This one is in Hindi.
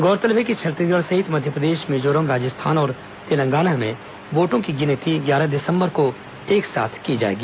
गौरतलब है कि छत्तीसगढ़ सहित मध्यप्रदेश मिजोरम राजस्थान और तेलंगाना में वोटों की गिनती ग्यारह दिसम्बर एक साथ की जाएगी